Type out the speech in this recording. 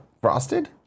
frosted